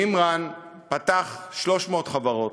מימרן פתח 300 חברות,